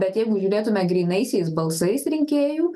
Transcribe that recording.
bet jeigu žiūrėtume grynaisiais balsais rinkėjų